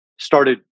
started